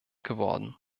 geworden